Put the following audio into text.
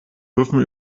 dürfen